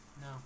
No